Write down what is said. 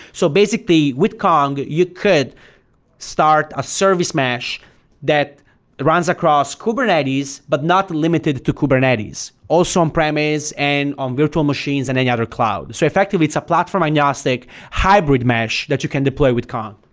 so basically, with kong, you could start a service mesh that runs across kubernetes, but not limited to kubernetes. also on-premise and on virtual machines and any other cloud. so effectively it's a platform agnostic hybrid mesh that you can deploy with kong.